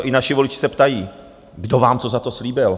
i naši voliči se ptají: Kdo vám co za to slíbil?